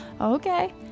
Okay